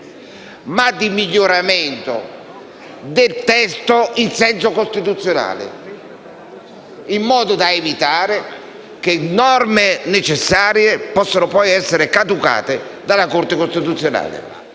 di miglioramento del testo in senso costituzionale, in modo da evitare che norme necessarie possano poi essere caducate dalla Corte costituzionale.